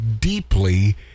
deeply